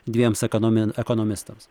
dviems ekonom ekonomistams